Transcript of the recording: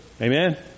Amen